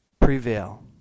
Prevail